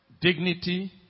dignity